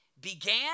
began